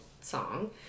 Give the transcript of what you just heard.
song